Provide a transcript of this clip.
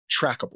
trackable